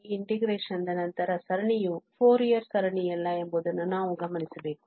ಈ integration ದ ನಂತರದ ಸರಣಿಯು ಫೋರಿಯರ್ ಸರಣಿಯಲ್ಲ ಎಂಬುದನ್ನು ನಾವು ಗಮನಿಸಬೇಕು